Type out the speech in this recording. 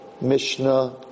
Mishnah